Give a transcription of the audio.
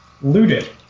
looted